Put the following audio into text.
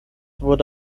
wurde